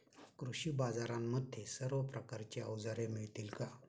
कृषी बाजारांमध्ये सर्व प्रकारची अवजारे मिळतील का?